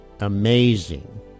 Amazing